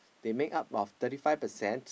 they make up of thirty five percent